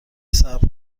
صبر